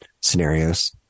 scenarios